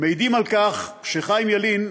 מעידים על כך, חיים ילין,